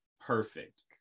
perfect